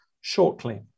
shortly